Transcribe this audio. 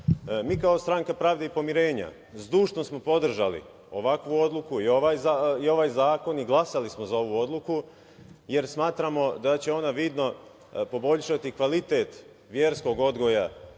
kao Stranka pravde i pomirenja zdušno smo podržali ovakvu odluku i ovaj zahtev i glasali smo za ovu odluku, jer smatramo da će ona vidno poboljšati kvalitet verskog odgoja